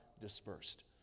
dispersed